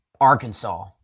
Arkansas